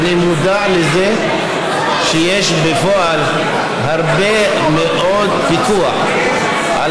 אבל אני מודע לזה שבפועל יש הרבה מאוד פיקוח על